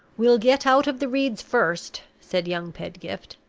we'll get out of the reeds first, said young pedgift.